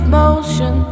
motion